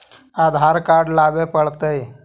आधार card लाबे पड़तै?